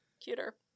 cuter